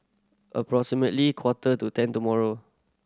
approximately quarter to ten tomorrow